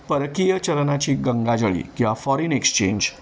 परकीय चलनाची गंगाजळी किंवा फॉरेन एक्सचेंज